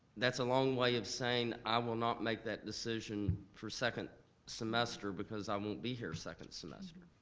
that's a long way of saying, i will not make that decision for second semester because i won't be here second semester.